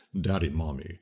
Daddy-Mommy